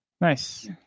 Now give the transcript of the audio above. nice